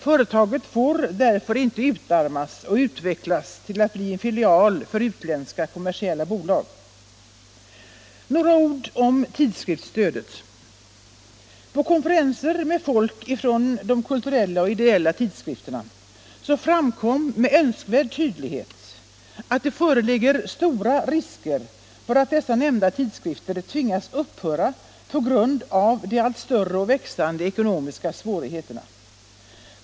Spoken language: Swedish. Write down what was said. Företaget får därför inte utarmas och utvecklas till att bli en filial för utländska kommersiella bolag. Några ord om tidskriftsstödet. På konferenser med folk från de kulturella och ideella tidskrifterna har det med önskvärd tydlighet framkommit att det föreligger stora risker för att de nämnda tidskrifterna tvingas upphöra på grund av de allt större och växande ekonomiska svårigheterna.